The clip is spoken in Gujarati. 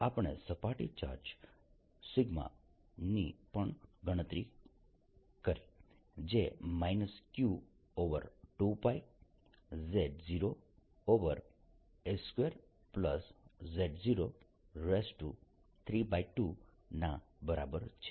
આપણે સપાટી ચાર્જ σ ની પણ ગણતરી કરી જે q2z0s2z032ના બરાબર છે